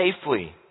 safely